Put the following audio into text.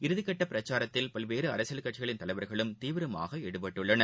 இறுதிக்கட்டபிரச்சாரத்தில் பல்வேறுஅரசியல் கட்சிகளின் இதையடுத்து தலைவர்களும் தீவிரமாகஈடுபட்டுள்ளனர்